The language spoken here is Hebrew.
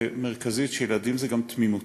מרכזית: ילדים זה גם תמימות.